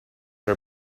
are